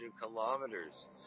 kilometers